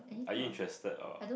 are you interested or